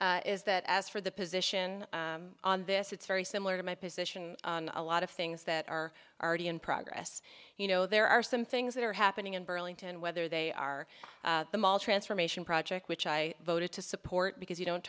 is that as for the position on this it's very similar to my position a lot of things that are already in progress you know there are some things that are happening in burlington whether they are the mall transformation project which i voted to support because you don't